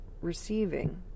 receiving